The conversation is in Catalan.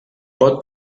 pot